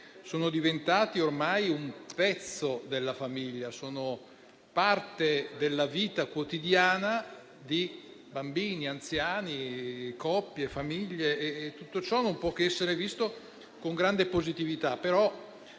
sono diventati ormai un pezzo della famiglia, sono parte della vita quotidiana di bambini, anziani, coppie e famiglie, e tutto ciò non può che essere visto con grande positività.